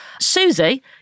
Susie